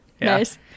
Nice